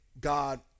God